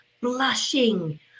blushing